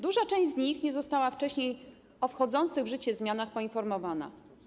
Duża część z nich nie została wcześniej o wchodzących w życie zmianach poinformowana.